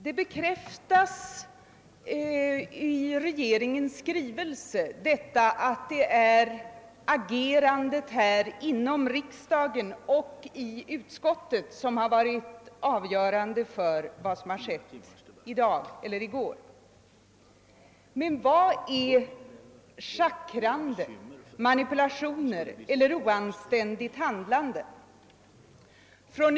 Det bekräftas i regeringens skrivelse att det är agerandet här inom riksdagen och i utskottet som har varit avgörande för vad som har skett i dag och i går. Men vad är det som är schackrande, manipulationer och oanständigt handlande?